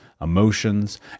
emotions